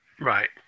Right